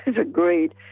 agreed